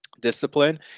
discipline